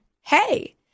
hey